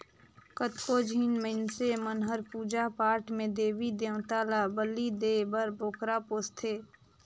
कतको झिन मइनसे मन हर पूजा पाठ में देवी देवता ल बली देय बर बोकरा पोसथे